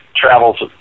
travels